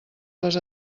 les